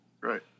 Right